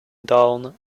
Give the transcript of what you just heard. dawn